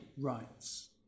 rights